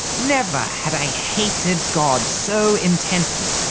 never had i hated god so intensely.